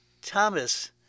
Thomas